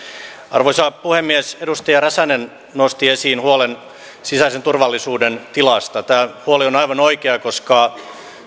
arvoisa puhemies edustaja räsänen nosti esiin huolen sisäisen turvallisuuden tilasta tämä huoli on aivan oikea koska